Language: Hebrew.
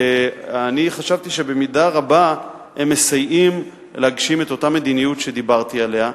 שחשבתי שבמידה רבה הם מסייעים להגשים את אותה מדיניות שדיברתי עליה.